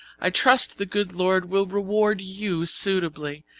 i trust the good lord will reward you suitably.